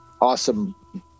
awesome